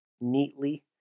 neatly